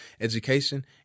education